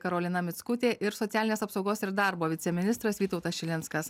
karolina mickutė ir socialinės apsaugos ir darbo viceministras vytautas šilinskas